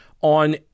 on